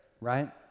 Right